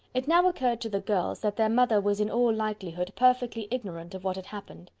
it now occurred to the girls that their mother was in all likelihood perfectly ignorant of what had happened.